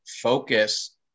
focus